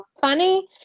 funny